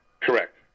correct